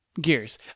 Gears